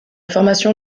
formation